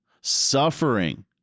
suffering